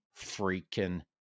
freaking